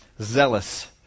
Zealous